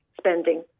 spending